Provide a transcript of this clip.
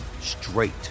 straight